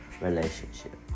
relationship